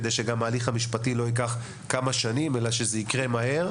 כדי שההליך המשפטי יקרה מהר ולא כמה שנים.